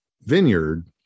vineyard